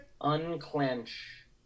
unclench